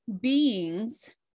beings